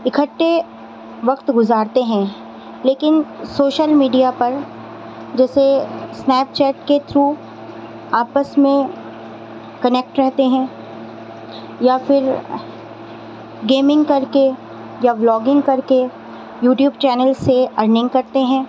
اکھٹے وقت گزارتے ہیں لیکن سوشل میڈیا پر جیسے اسنیپ چیٹ کے تھرو آپس میں کنیکٹ رہتے ہیں یا پھر گیمنگ کر کے یا بلاگنگ کر کے یو ٹیوب سے ارننگ کرتے ہیں